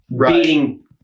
beating –